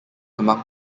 among